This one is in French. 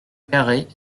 carhaix